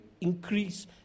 increase